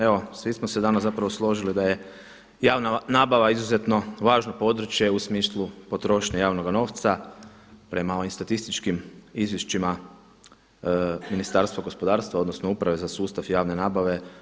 Evo svi smo se danas zapravo složili da je javna nabava izuzetno važno područje u smislu potrošnje javnoga novca prema ovim statističkim izvješćima Ministarstva gospodarstva, odnosno Uprave za sustav javne nabave.